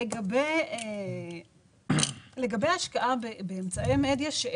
לגבי השקעה באמצעי מדיה מדיה של